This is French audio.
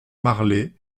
marleix